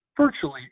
virtually